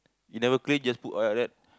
you never clean just put oil like that